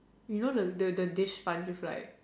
you know the the the dish sponge with like